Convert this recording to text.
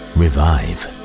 revive